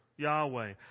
Yahweh